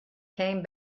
came